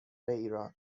ایران